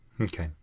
okay